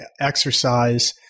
exercise